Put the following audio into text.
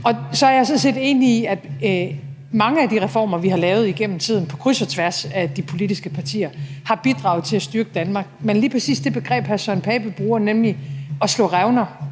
Jeg er sådan set enig i, at mange af de reformer, vi har lavet igennem tiden på kryds og tværs af de politiske partier, har bidraget til at styrke Danmark. Men lige præcis det begreb, hr. Søren Pape Poulsen bruger, nemlig at slå revner,